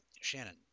Shannon